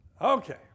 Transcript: Okay